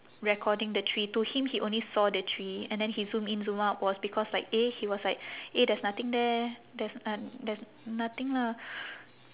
recording the tree to him he only saw the tree and then he zoom in zoom out was because like eh he was like eh there's nothing there there's uh there's nothing lah